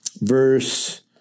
verse